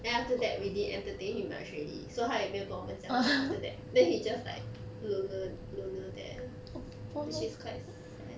then after that we didn't entertain much already so 他也没有跟我们讲话 after that then he just like loner loner there which is quite sad